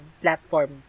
platform